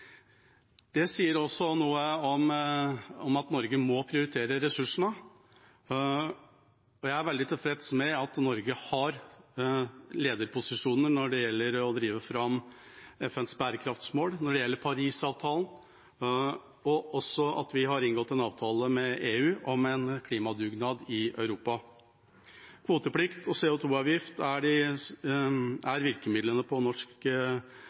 Det sier noe om at Norge må prioritere ressursene. Jeg er veldig tilfreds med at Norge har lederposisjoner når det gjelder å drive fram FNs bærekraftsmål, når det gjelder Parisavtalen, og at vi har inngått en avtale med EU om en klimadugnad i Europa. Kvoteplikt og CO 2 -avgift er virkemidlene på norsk